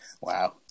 Wow